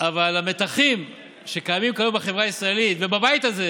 אבל המתחים שקיימים כיום בחברה הישראלית ובבית הזה,